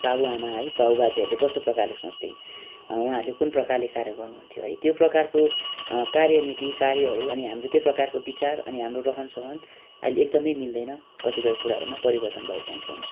बाबु आमा है बाउ बाजेहरूले कस्तो प्रकारले सोच्थे उहाँहरूले कुन प्रकारले कार्य गर्नुहुन्थ्यो है त्यो प्रकारको कार्यनीति कार्यहरू अनि हाम्रो त्यो प्रकारको विचार अनि हाम्रो रहन सहन अहिले एकदमै मिल्दैन कतिपय कुराहरूमा परिवर्तन भएको हामी पाउन सक्छौँ